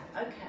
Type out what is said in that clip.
Okay